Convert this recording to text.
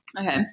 Okay